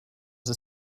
was